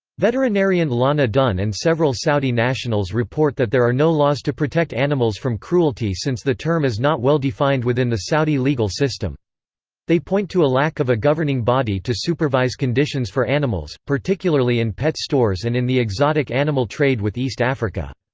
veterinarian lana dunn and several saudi nationals report that there are no laws to protect animals from cruelty since the term is not well-defined within the saudi legal system they point to a lack of a governing body to supervise conditions for animals, particularly in pet stores and in the exotic animal trade with east africa.